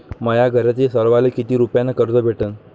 माह्या घरातील सर्वाले किती रुप्यान कर्ज भेटन?